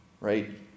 right